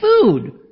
food